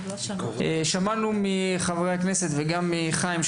שמענו מחברי הכנסת וגם מחיים מויאל,